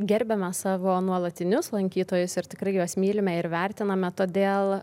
gerbiame savo nuolatinius lankytojus ir tikrai juos mylime ir vertiname todėl